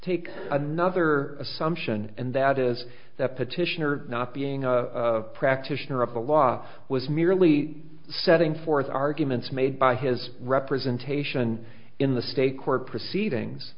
take another assumption and that is that petitioner not being a practitioner of the law was merely setting forth arguments made by his representation in the state court proceedings